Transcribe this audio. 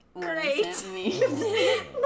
great